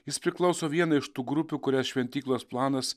jis priklauso vienai iš tų grupių kurias šventyklos planas